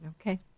Okay